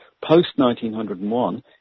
post-1901